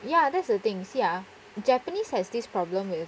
ya that's the thing see ah japanese has this problem with